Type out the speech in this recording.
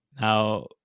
now